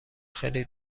خیلی